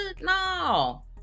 No